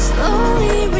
Slowly